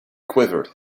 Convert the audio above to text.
quivered